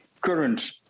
current